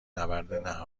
نبرد